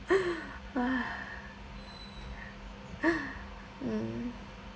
mm